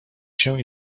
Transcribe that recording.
się